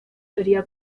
seria